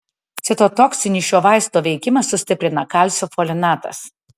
citotoksinį šio vaisto veikimą sustiprina kalcio folinatas